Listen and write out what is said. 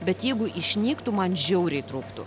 bet jeigu išnyktų man žiauriai trūktų